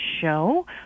show